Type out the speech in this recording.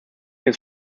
his